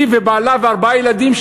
היא ובעלה וארבעה ילדים,